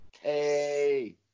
Hey